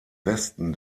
westen